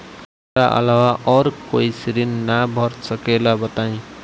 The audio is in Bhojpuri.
हमरा अलावा और कोई ऋण ना भर सकेला बताई?